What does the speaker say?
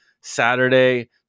Saturday